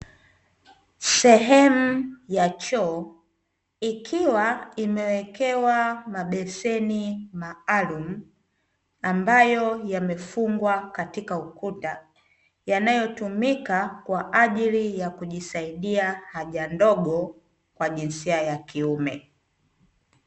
Sehemu ya choo ikiwa imewekewa mabeseni maalum ambayo yamefungwa katika ukuta, yanayotumika kwa ajili ya kujisaidia haja ndogo kwa jinsia ya kiume.